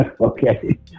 Okay